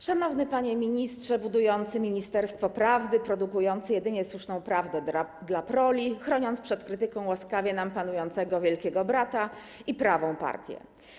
Szanowny Panie Ministrze budujący ministerstwo prawdy, produkujący jedynie słuszną prawdę dla trolli, chroniąc przed krytyką łaskawie nam panującego wielkiego brata i prawą partię!